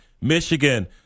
Michigan